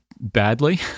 badly